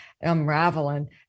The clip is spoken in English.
unraveling